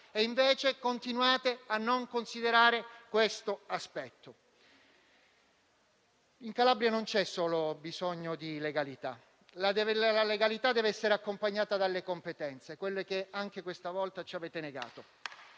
invece continuate a non considerare questo aspetto. In Calabria non c'è solo bisogno di legalità; la legalità dev'essere accompagnata dalle competenze in materia, quelle che anche questa volta ci avete negato